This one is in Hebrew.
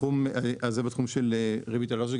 בתחום של ריבית על העו"ש,